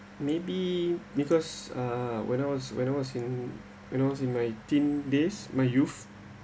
maybe because uh when I was when I was in when I was in my teen day my youth